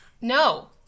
No